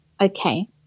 okay